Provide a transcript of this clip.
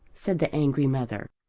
said the angry mother.